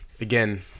again